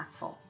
impactful